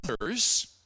others